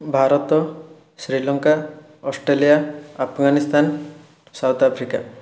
Bharat Sri Lanka Australia Afghanistan South Africa